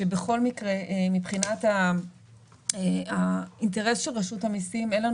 שבכל מקרה מבחינת האינטרס של רשות המיסים יש לנו